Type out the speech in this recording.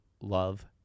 Love